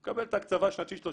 הוא מקבל את ההקצבה השנתית שלו,